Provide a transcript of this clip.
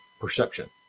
perception